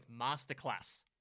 Masterclass